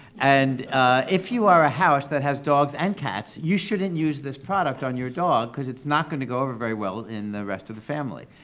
and if you are a house that has dogs and cats, you shouldn't use this product on your dog, cause it's not gonna go over very well in the rest of the family.